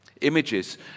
Images